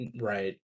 right